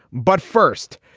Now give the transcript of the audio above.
but first,